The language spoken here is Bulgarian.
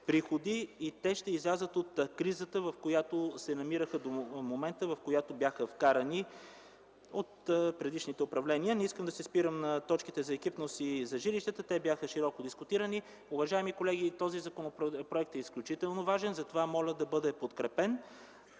ще излязат от кризата, в която се намират в момента и в която бяха вкарани от предишните управления. Няма да се спирам на точките за екипност и за жилищата. Те бяха широко дискутирани. Уважаеми колеги, този законопроект е изключително важен и затова моля да бъде подкрепен